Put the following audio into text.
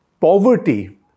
poverty